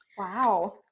Wow